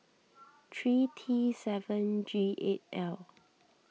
three T seven G eight L